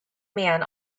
man